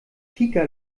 kika